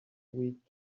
week